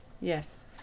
yes